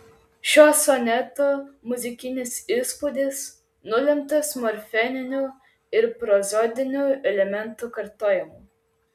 šio soneto muzikinis įspūdis nulemtas morfeminių ir prozodinių elementų kartojimu